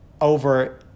over